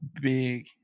big